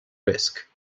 risk